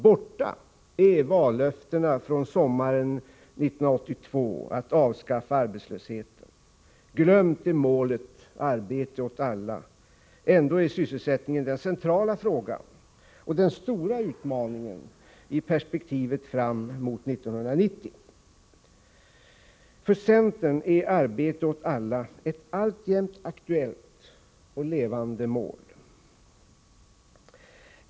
Borta är vallöftena från sommaren 1982 om att avskaffa arbetslösheten. Målet ”arbete åt alla” har glömts bort. Ändå är sysselsättningen den centrala frågan och den stora utmaningen i perspektivet fram mot 1990. För centern är ”arbete åt alla” ett alltjämt aktuellt och levande mål.